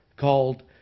called